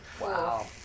Wow